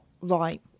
right